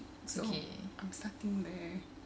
I'm starting there